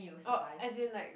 or as in like